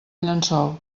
llençol